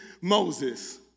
Moses